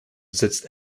sitzt